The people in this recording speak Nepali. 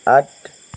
आठ